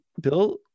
bill